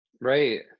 right